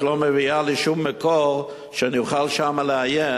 לא מביאה לי שום מקור שאני אוכל שם לעיין,